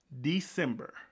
December